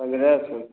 पंद्रह फिट